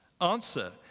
Answer